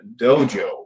Dojo